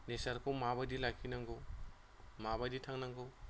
नेचारखौ माबायदि लाखिनांगौ माबायदि थांनांगौ